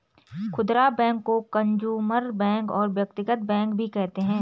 खुदरा बैंक को consumer bank और व्यक्तिगत बैंक भी कहते हैं